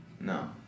No